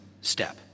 step